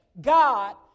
God